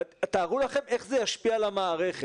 תארו לכם איך זה ישפיע על המערכת.